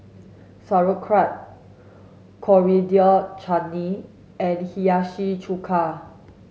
Sauerkraut Coriander Chutney and Hiyashi chuka